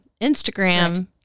instagram